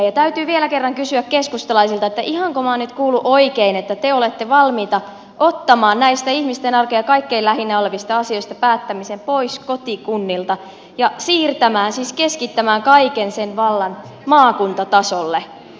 ja täytyy vielä kerran kysyä keskustalaisilta ihanko minä olen nyt kuullut oikein että te olette valmiita ottamaan näistä ihmisten arkea kaikkein lähinnä olevista asioista päättämisen pois kotikunnilta ja siirtämään siis keskittämään kaiken sen vallan maakuntatasolle